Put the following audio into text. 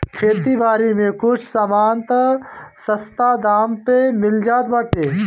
खेती बारी के कुछ सामान तअ सस्ता दाम पे मिल जात बाटे